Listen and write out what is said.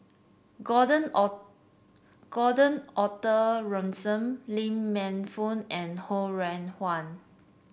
Gordon Gordon Arthur Ransome Lee Man Fong and Ho Rih Hwa